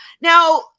Now